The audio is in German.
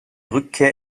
rückkehr